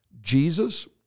Jesus